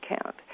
account